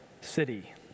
city